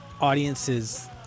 audiences